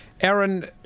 Aaron